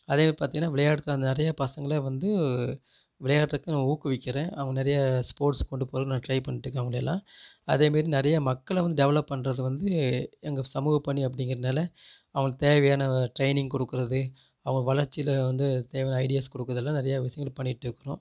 அதேமாதிரி பார்த்தீங்கன்னா விளையாட்டு நிறைய பசங்களே வந்து விளையாட்டுக்கு நான் ஊக்குவிக்கிறேன் அவங்க நிறைய ஸ்போர்ட்ஸ் கொண்டு போகறத்துக்கு நான் டிரை பண்ணிட்ருக்கேன் அவங்கள எல்லாம் அதேமாரி நிறைய மக்களை வந்து டெவலப் பண்ணுறது வந்து எங்கள் சமூக பணி அப்படிங்கிறதுனால அவங்களுக் தேவையான டிரெயினிங் கொடுக்கறது அவங்க வளர்ச்சியில வந்து தேவையான ஐடியாஸ் கொடுக்கறதெல்லாம் நிறையா விஷியங்கள் பண்ணிட்டுருக்கறோம்